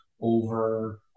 over